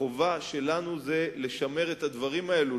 החובה שלנו היא לשמר את הדברים האלו,